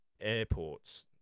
airports